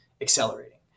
accelerating